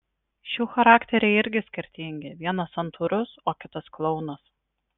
šių charakteriai irgi skirtingi vienas santūrus o kitas klounas